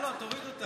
לא, לא, תוריד אותה.